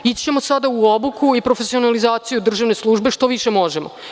Ići ćemo sada u obuku ili profesionalizaciju državne službe što više možemo.